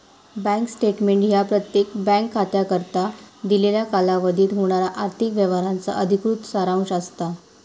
bank statement ह्या प्रत्येक bank खात्याकरता दिलेल्या कालावधीत होणारा आर्थिक व्यवहारांचा अधिकृत सारांश असता